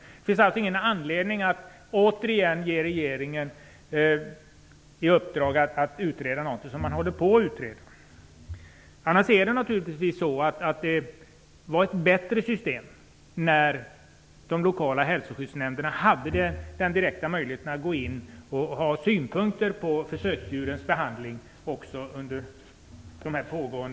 Det finns alltså ingen anledning att återigen ge regeringen i uppdrag att utreda något som redan håller på att utredas. Det var naturligtvis bättre när de lokala hälso och miljöskyddsnämnderna hade den direkta möjligheten att framföra synpunkter på behandlingen av försöksdjuren.